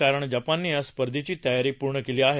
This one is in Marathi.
कारण जपानने या स्पर्धेची तयारी पूर्ण केलीआहे